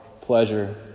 pleasure